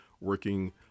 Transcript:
working